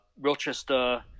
Rochester